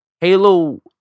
Halo